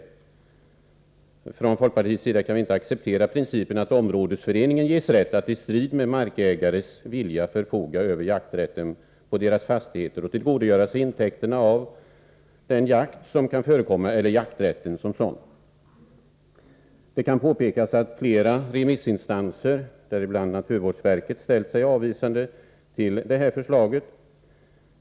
Vi från folkpartiet kan inte acceptera principen att områdesföreningen ges rätt att i strid med markägares vilja förfoga över jakträtten på deras fastigheter och tillgodogöra sig intäkterna av den jakt som kan förekomma eller jakträtten som sådan. Det kan framhållas att flera remissinstanser, däribland naturvårdsverket, ställt sig avvisande till förslaget.